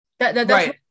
right